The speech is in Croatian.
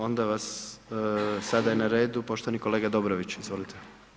Onda vas, sada je na redu poštovani kolega Dobrović, izvolite.